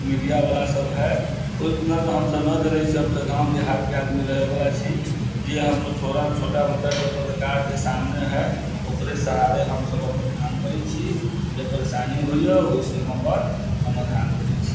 मीडियावला सब है उतना तऽ हमसब नहि जानै छियै हमसब गाँव देहातके आदमी रहैवला छी जे हमसब छोटा मोटा पत्रकार जे सामने है ओकरे सहारे हमसब अपन काम करै छी जे परेशानी होइ यऽ ओहिसँ हम अपन समाधान करै छी